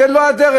זה לא הדרך.